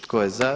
Tko je za?